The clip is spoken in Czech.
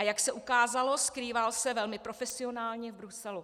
Jak se ukázalo, skrýval se velmi profesionálně v Bruselu.